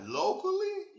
locally